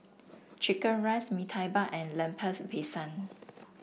Chicken Rice Mee Tai Mak and Lemper's Pisang